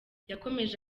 yakomeje